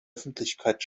öffentlichkeit